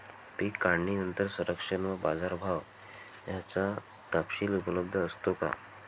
पीक काढणीनंतर संरक्षण व बाजारभाव याचा तपशील उपलब्ध असतो का?